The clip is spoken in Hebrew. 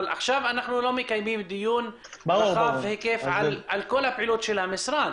אבל עכשיו אנחנו לא מקיימים דיון רחב היקף על כל הפעילות של המשרד.